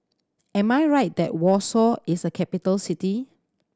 am I right that Warsaw is a capital city